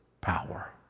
power